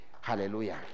hallelujah